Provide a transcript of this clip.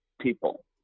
people